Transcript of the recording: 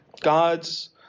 God's